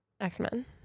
X-Men